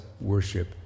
worship